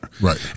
Right